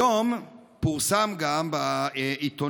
היום גם פורסם בעיתונות